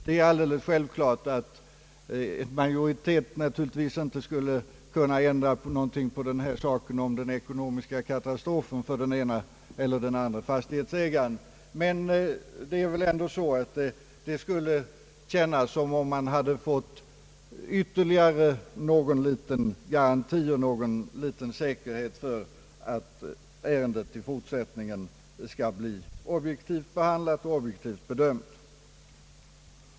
Det är alldeles självklart att majoritetsbeslut naturligtvis inte skulle kunna ändra på någonting, som skulle innebära en ekonomisk katastrof för den ene eller den andre fastighetsägaren, men det skulle väl ändå kännas som om man hade fått ytterligare någon liten garanti för att ärendet i fortsättningen skall bli objektivt behandlat och objektivt bedömt.